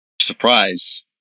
surprise